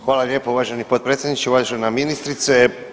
Hvala lijepa uvaženi potpredsjedniče, uvažena ministrice.